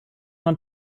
man